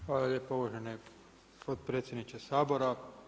Hvala lijepo uvaženi potpredsjedniče Sabora.